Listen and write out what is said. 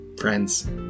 friends